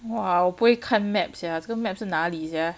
!wah! 我不会看 maps sia 这个 map 是哪里 sia